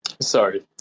Sorry